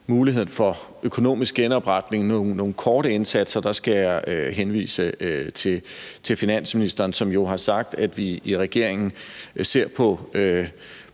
muligheden for økonomisk genopretning, nogle korte indsatser, skal jeg henvise til finansministeren, som jo har sagt, at vi i regeringen ser på